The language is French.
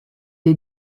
est